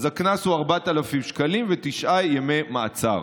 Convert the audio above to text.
אז הקנס הוא 4,000 שקלים ותשעה ימי מעצר.